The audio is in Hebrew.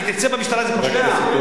להתייצב במשטרה זה פושע?